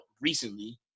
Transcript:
recently